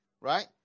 right